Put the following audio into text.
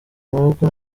amaboko